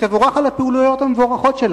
ותבורך על הפעילויות המבורכות שלה,